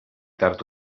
tard